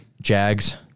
Jags